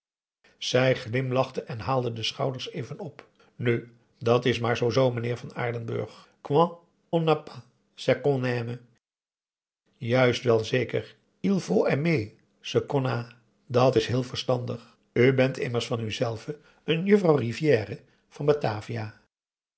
zij glimlachte en haalde de schouders even op nu dat is maar z z meneer van aardenburg quand on n'a pas ce qu on aime juist wel zeker il faut aimer ce qu on a dat is heel verstandig u bent immers van uzelve n juffrouw rivière van batavia